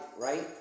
right